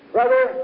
Brother